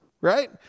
right